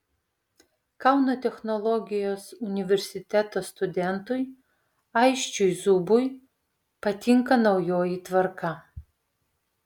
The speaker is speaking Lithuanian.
kauno technologijos universiteto studentui aisčiui zubui patinka naujoji tvarka